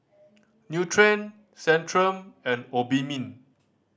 Nutren Centrum and Obimin